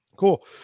cool